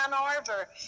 Arbor